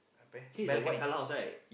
he is the white colour house right